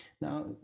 now